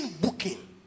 booking